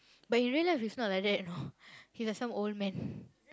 but in real life he's not like that you know he like some old man